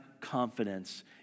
confidence